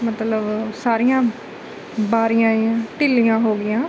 ਮਤਲਬ ਸਾਰੀਆਂ ਬਾਰੀਆਂ ਢਿੱਲੀਆਂ ਹੋ ਗਈਆਂ